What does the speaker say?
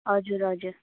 हजुर हजुर